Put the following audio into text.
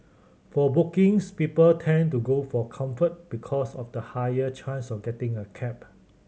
for bookings people tend to go for Comfort because of the higher chance of getting a cab